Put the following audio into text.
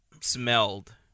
smelled